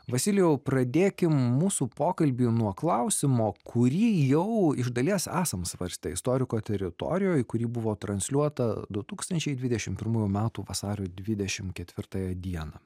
vasilijau pradėkim mūsų pokalbį nuo klausimo kurį jau iš dalies esam svarstę istoriko teritorijoj kuri buvo transliuota du tūkstančiai dvidešim pirmųjų metų vasario dvidešim ketvirtąją dieną